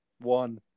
One